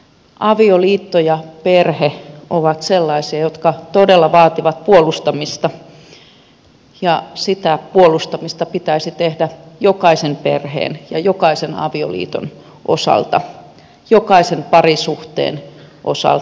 avioliitto ja perhe ovat sellaisia jotka todella vaativat puolustamista ja sitä puolustamista pitäisi tehdä jokaisen perheen ja jokaisen avioliiton osalta jokaisen parisuhteen osalta